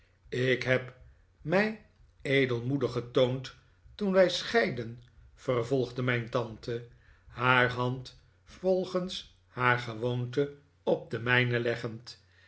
ik heb mij edelmoedig getoond toen wij scheidden vervolgde mijn tante haar hand volgens haar gewoonte op de mijne leggend